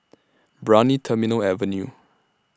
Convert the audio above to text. Brani Terminal Avenue